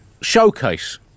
showcase